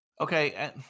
Okay